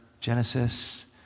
Genesis